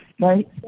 Right